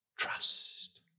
Trust